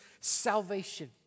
salvation